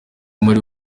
muri